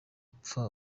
ipfa